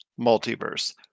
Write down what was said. Multiverse